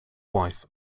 wife